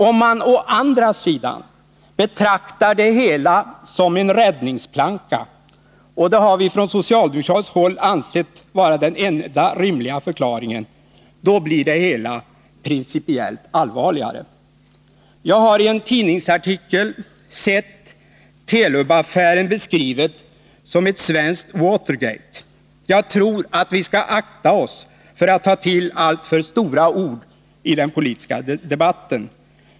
Om man å andra sidan betraktar det hela som en räddningsplanka — och det har vi från socialdemokratiskt håll ansett vara den enda rimliga förklaringen — då blir det hela principiellt allvarligare. Jag har i en tidningsartikel sett Telub-affären beskriven som ett svenskt Watergate. Jag tror att vi skall akta oss för att ta till alltför stora ord i den politiska debatten.